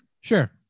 Sure